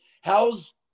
how's